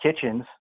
kitchens